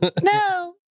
No